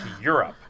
Europe